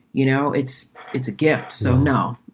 you know, it's it's a gift. so, no,